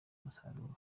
umusaruro